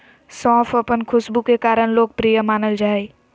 सौंफ अपन खुशबू के कारण लोकप्रिय मानल जा हइ